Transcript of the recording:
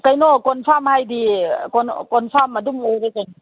ꯀꯩꯅꯣ ꯀꯣꯟꯐꯥꯝ ꯍꯥꯏꯗꯤ ꯀꯣꯟꯐꯥꯝ ꯑꯗꯨꯝ ꯑꯣꯏꯔꯦꯀꯩꯅꯣ